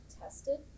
Tested